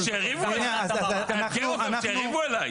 שיריבו --- שיריבו עליי.